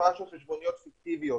תופעה של חשבוניות פיקטיביות.